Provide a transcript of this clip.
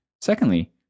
Secondly